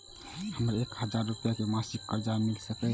हमरा एक हजार रुपया के मासिक कर्जा मिल सकैये?